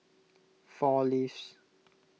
four Leaves